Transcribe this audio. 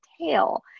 tail